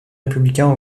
républicains